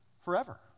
forever